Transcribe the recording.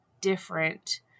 different